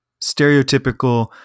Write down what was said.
stereotypical